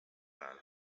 man